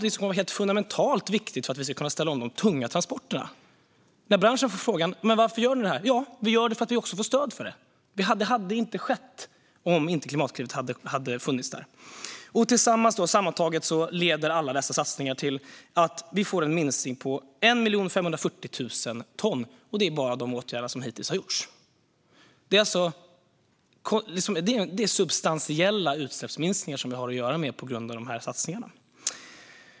Detta kommer att vara fundamentalt viktigt för att vi ska kunna ställa om de tunga transporterna. När branschen får frågan varför de gör detta svarar de att det är för att de får stöd för det. Det hade inte skett om inte Klimatklivet hade funnits där. Sammantaget leder alla satsningar till att vi får en minskning med 1 540 000 ton, och det är bara de åtgärder som hittills har vidtagits. Det är alltså substantiella utsläppsminskningar som vi har att göra med tack vare dessa satsningar.